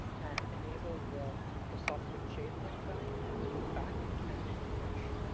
and enable the drosophila chain net track to pack and hit refresh.